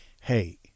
hey